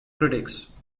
critics